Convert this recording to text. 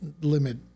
limit